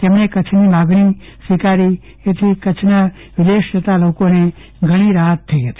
તેમણે કચ્છની માગણી સ્વીકારી જેથી કચ્છના વિદેશ જતાં લોકોને ઘણી રાહત થઈ હતી